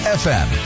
fm